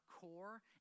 core